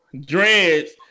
dreads